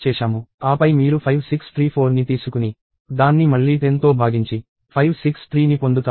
ఆపై మీరు 5634 ని తీసుకుని దాన్ని మళ్లీ 10తో భాగించి 563ని పొందుతారు